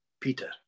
Peter